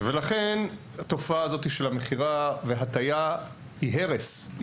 לכן, התופעה של מכירה והטיה היא הרס.